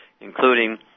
including